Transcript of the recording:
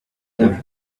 them